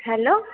hello